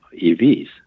EVs